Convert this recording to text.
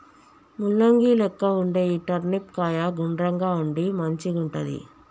ముల్లంగి లెక్క వుండే ఈ టర్నిప్ కాయ గుండ్రంగా ఉండి మంచిగుంటది